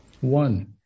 one